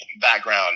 background